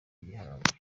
gihabwa